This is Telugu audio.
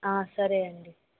సరే అండి